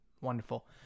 Wonderful